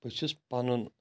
بہٕ چھُس پَنُن